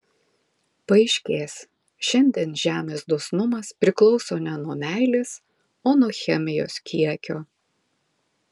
paaiškės šiandien žemės dosnumas priklauso ne nuo meilės o nuo chemijos kiekio